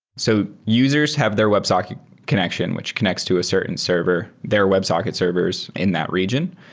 so users have their websocket connection, which connects to a certain server. their websocket servers in that region.